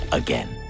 again